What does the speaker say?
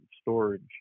storage